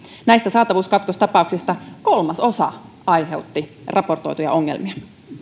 näistä saatavuuskatkostapauksista kolmasosa aiheutti raportoituja ongelmia